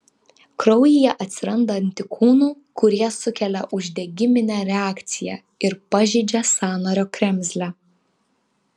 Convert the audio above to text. kraujyje atsiranda antikūnų kurie sukelia uždegiminę reakciją ir pažeidžia sąnario kremzlę